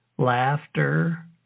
laughter